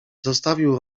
zostawił